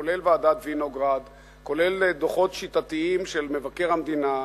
כולל דוח ועדת-וינוגרד וכולל דוחות שיטתיים של מבקר המדינה,